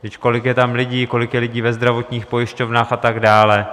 Vždyť kolik je tam lidí, kolik je lidí ve zdravotních pojišťovnách a tak dále.